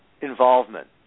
involvement